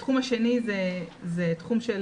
התחום השני זה תחום של